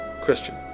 Christian